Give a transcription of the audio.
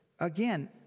again